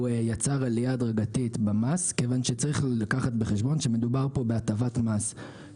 שבגינן אנחנו רוצים כממשלה להיערך ולא דובר פה רק על מס נסועה